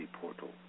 portal